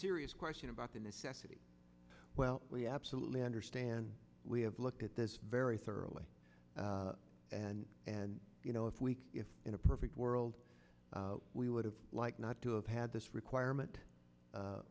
serious question about the necessity well we absolutely understand we have looked at this very thoroughly and and you know if we if in a perfect world we would have liked not to have had this requirement